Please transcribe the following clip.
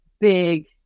big